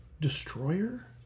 Destroyer